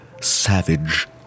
savage